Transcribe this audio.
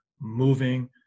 moving